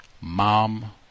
mom